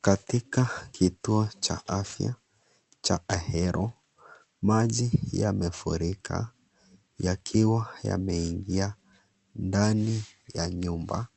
Katika kituo cha afya cha Ahero maji yamefurika. Yakiwa yameingia ndani ya nyumba,